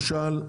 למשל,